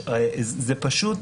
זה פשוט